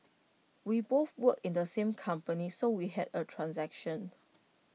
we both work in the same company so we had A transaction